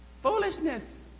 Foolishness